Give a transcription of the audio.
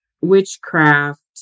witchcraft